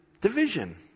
division